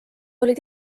olid